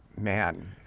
Man